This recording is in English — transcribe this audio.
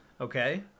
Okay